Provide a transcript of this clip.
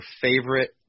favorite